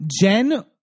Jen